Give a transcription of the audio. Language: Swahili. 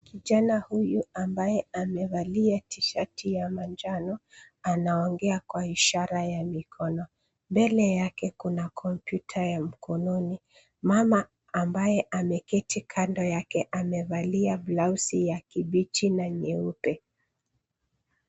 Kijana huyu ambaye amevalia tishati ya manjano, anaongea kwa ishara ya mikono. Mbele yake kuna kompyuta ya mkononi. Mama ambaye ameketi kando yake amevalia blausi ya kibichi na nyeupe.